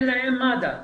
אין להם מד"א,